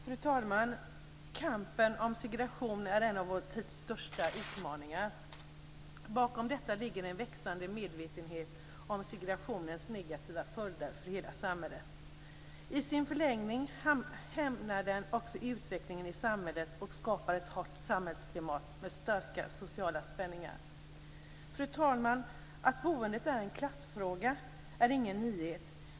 Fru talman! Kampen mot segregationen är en av vår tids största utmaningar. Bakom detta ligger en växande medvetenhet om segregationens negativa följder för hela samhället. I sin förlängning hämmar den också utvecklingen i samhället och skapar ett hårt samhällsklimat med starka sociala spänningar. Fru talman! Att boendet är en klassfråga är ingen nyhet.